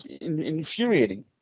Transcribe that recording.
infuriating